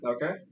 Okay